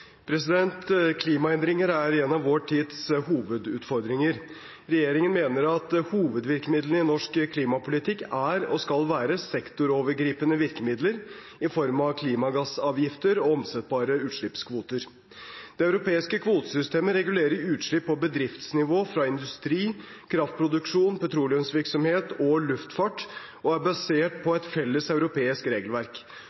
skal være sektorovergripende virkemidler i form av klimagassavgifter og omsettbare utslippskvoter. Det europeiske kvotesystemet regulerer utslipp på bedriftsnivå fra industri, kraftproduksjon, petroleumsvirksomhet og luftfart og er basert på